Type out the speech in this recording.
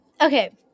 okay